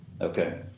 Okay